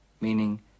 meaning